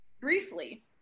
briefly